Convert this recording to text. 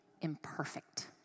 imperfect